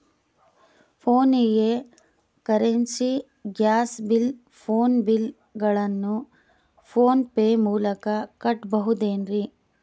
ಫೋನಿಗೆ currency, gas bill, phone bill ಗಳನ್ನು PhonePe ಮೂಲಕ ಕಟ್ಟಬಹುದೇನ್ರಿ?